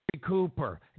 Cooper